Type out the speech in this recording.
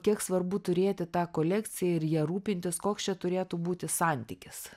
kiek svarbu turėti tą kolekciją ir ja rūpintis koks čia turėtų būti santykis